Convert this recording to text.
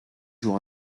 joue